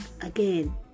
again